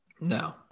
no